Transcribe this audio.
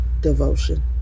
devotion